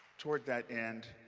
toward that end,